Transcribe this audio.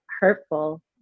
hurtful